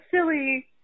silly